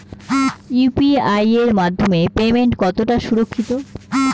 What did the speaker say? UPI এর মাধ্যমে payment কতটা সুরক্ষিত?